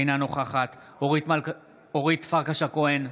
אינה נוכחת אורית פרקש הכהן,